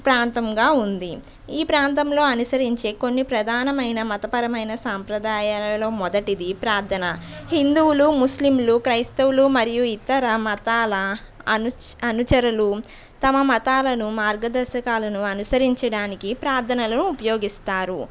ప్రాంతంగా ఉంది ఈ ప్రాంతంలో అనుసరించి కొన్ని ప్రధానమైన మతపరమైన సాంప్రదాయాలలో మొదటిది ప్రార్దన హిందువులు ముస్లింలు క్రైస్తవులు మరియు ఇతర మతాల అనుచ్ అనుచరులు తమ మతాలను మార్గదర్శకాలను అనుసరించడానికి ప్రార్దనలను ఉపయోగిస్తారు